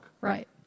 Right